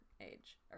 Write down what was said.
age